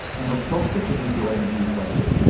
and the prospects of nuclear weapons used, by the way,